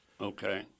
Okay